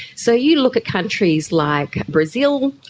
so you look at countries like brazil,